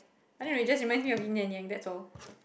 I don't know it just reminds me of yin and yang that's all